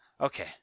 Okay